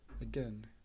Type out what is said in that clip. Again